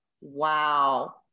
Wow